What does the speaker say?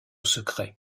secret